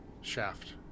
Shaft